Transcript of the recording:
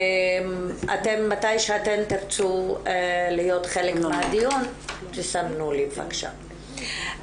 מתי שאתן תרצו להיות חלק מהדיון, תסמנו לי בקשה.